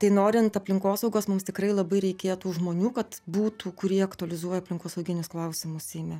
tai norint aplinkosaugos mums tikrai labai reikėtų žmonių kad būtų kurie aktualizuoja aplinkosauginius klausimus seime